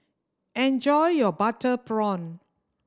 enjoy your butter prawn